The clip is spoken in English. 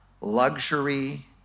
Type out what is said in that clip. luxury